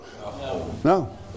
No